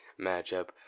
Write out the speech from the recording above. matchup